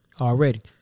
Already